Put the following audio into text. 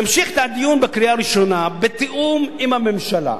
נמשיך את הדיון בקריאה הראשונה בתיאום עם הממשלה,